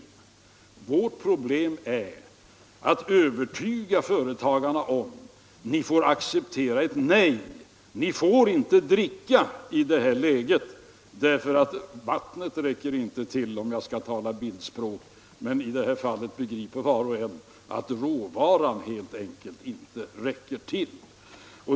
Vårt problem är att övertyga företagarna om att acceptera ett nej. Ni får inte dricka i det här läget därför att, om jag talar i bildspråk, vattnet räcker inte till. I det här fallet begriper var och en att råvaran helt enkelt inte räcker till.